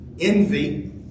envy